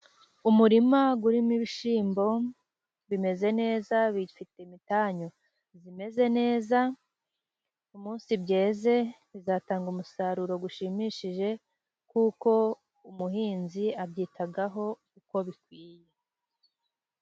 Umurima urimo ibishyimbo, bimeze neza bifite imitanyu imeze neza. Umunsi byeze bizatanga umusaruro ushimishije, kuko umuhinzi abyitaho uko bikwiye.